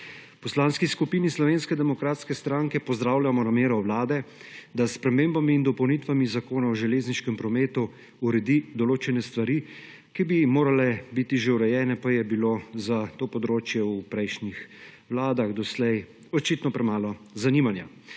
Slovenske demokratske stranke pozdravljamo namero Vlade, da s spremembami in dopolnitvami Zakona o železniškem prometu uredi določene stvari, ki bi morale biti že urejene, pa je bilo za to področje v prejšnjih vladah doslej očitno premalo zanimanja,